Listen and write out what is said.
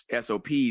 SOPs